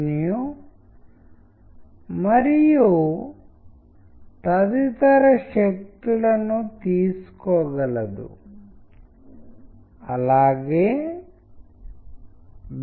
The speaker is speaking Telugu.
బహుశా దీనికి కొంచెం ఎక్కువ పరిశీలన అవసరం